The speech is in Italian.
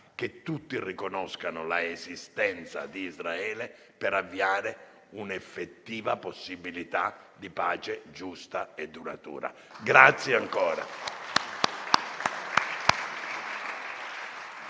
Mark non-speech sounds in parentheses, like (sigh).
che tutti riconoscano l'esistenza di Israele, per avviare un'effettiva possibilità di pace giusta e duratura. (applause)